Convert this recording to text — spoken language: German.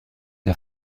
der